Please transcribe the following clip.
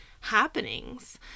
happenings